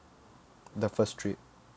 the first trip